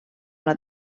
una